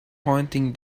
pointing